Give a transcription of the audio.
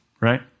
right